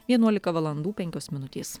vienuolika valandų penkios minutės